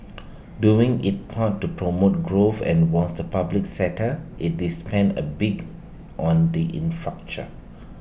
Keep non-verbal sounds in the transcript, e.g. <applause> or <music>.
<noise> doing its part to promote growth and was the public sector IT is spent A big on the in facture